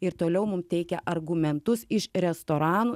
ir toliau mum teikia argumentus iš restoranų